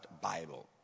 Bible